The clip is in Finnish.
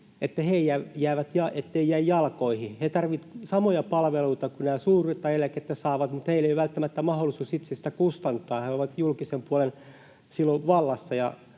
että he eivät jää jalkoihin. He tarvitsevat samoja palveluita kuin nämä suurta eläkettä saavat, mutta heillä ei ole välttämättä mahdollisuutta itse niitä kustantaa. He ovat julkisen puolen varassa,